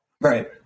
Right